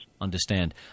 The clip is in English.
Understand